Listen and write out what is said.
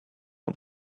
own